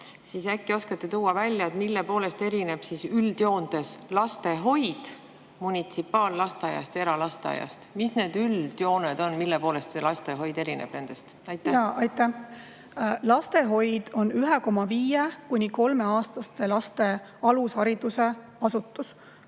siis äkki oskate tuua välja, mille poolest erineb üldjoontes lastehoid munitsipaallasteaiast ja eralasteaiast. Mis need üldjooned on, mille poolest lastehoid erineb nendest? Aitäh! Lastehoid on poolteise‑ kuni kolmeaastaste laste alushariduse asutus,